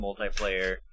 multiplayer